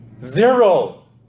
Zero